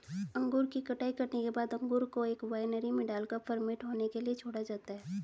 अंगूर की कटाई करने के बाद अंगूर को एक वायनरी में डालकर फर्मेंट होने के लिए छोड़ा जाता है